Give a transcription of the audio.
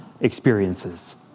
experiences